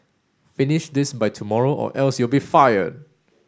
finish this by tomorrow or else you'll be fired